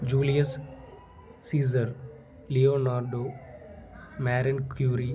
Julius Caesar Leonardo Marie Curie